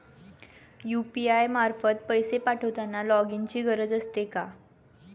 UPI मार्फत पैसे पाठवताना लॉगइनची गरज असते का?